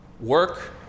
work